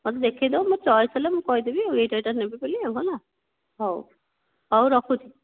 ମୋତେ ଦେଖାଇ ଦେବ ମୁଁ ଚୟେଶ ହେଲେ ମୁଁ କହିଦେବି ଆଉ ଏହିଟା ଏହିଟା ନେବି ବୋଲି ହେଲା ହଉ ହଉ ରଖୁଛି